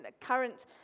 current